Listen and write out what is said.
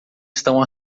estão